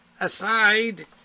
Aside